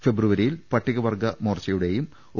ഫെബ്രുവരിയിൽ പട്ടികവർഗ മോർച്ചയുടെയും ഒ